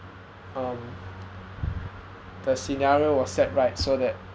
um the scenario was set right so that